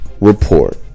Report